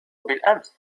بالأمس